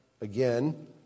again